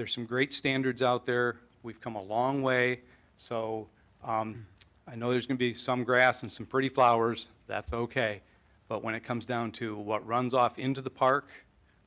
are some great standards out there we've come a long way so i know there's going to be some grass and some pretty flowers that's ok but when it comes down to what runs off into the park